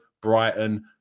Brighton